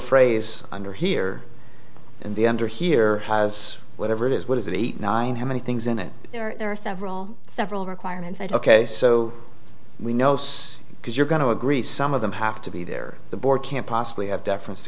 phrase under here and the under here has whatever it is what is it eight nine how many things in it there are several several requirements that ok so we know it's because you're going to agree some of them have to be there the board can't possibly have deference to